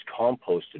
composted